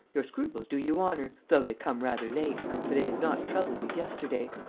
your scruples do you honour, though they come rather late, for they did not trouble you yesterday.